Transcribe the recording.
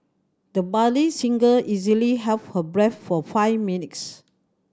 the budding singer easily held her breath for five minutes